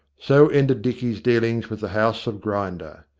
so ended dicky's dealings with the house of grinder.